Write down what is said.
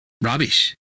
rubbish